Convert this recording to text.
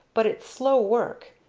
but its slow work.